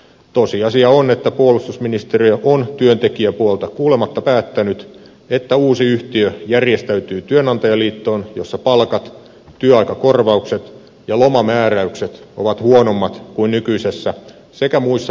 tosiasia on että puolustusministeriö on työntekijäpuolta kuulematta päättänyt että uusi yhtiö järjestäytyy työnantajaliittoon jossa palkat työaikakorvaukset ja lomamääräykset ovat huonommat kuin nykyisessä sekä muissa mahdollisissa vaihtoehdoissa